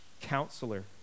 counselor